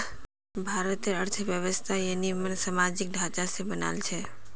भारतेर अर्थव्यवस्था ययिंमन सामाजिक ढांचा स बनाल छेक